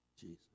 Jesus